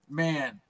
man